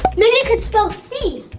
maybe it could spell see.